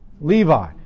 Levi